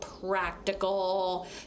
practical